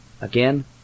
again